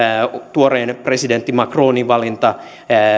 tuoreen presidentti macronin valinta